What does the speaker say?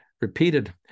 repeated